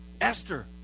Esther